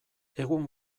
egun